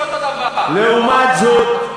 לעומת זאת,